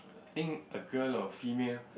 I think a girl or female